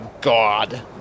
god